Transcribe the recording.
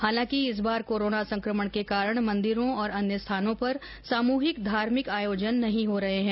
हालांकि इस बार कोरोना संक्रमण के कारण मंदिरों और अन्य स्थानों पर सामूहिक धार्भिक आयोजन नहीं हो रहे हैं